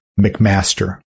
McMaster